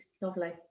lovely